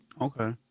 Okay